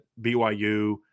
BYU